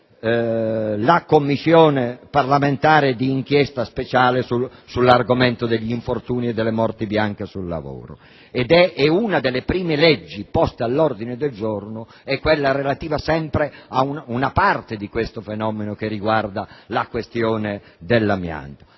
la Commissione parlamentare d'inchiesta speciale sull'argomento degli infortuni e delle morti bianche sul lavoro. Una delle prime norme poste all'ordine del giorno è quella relativa ad una parte di questo fenomeno che riguarda la questione dell'amianto.